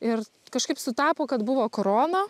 ir kažkaip sutapo kad buvo korona